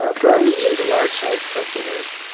um for our medium to large sized customers,